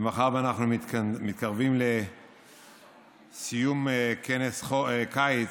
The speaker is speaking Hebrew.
ומאחר שאנחנו מתקרבים לסיום כנס חורף,